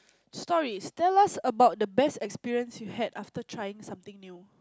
stories tell us about the best experience you had after trying something new